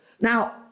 Now